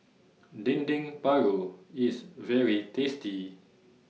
Dendeng Paru IS very tasty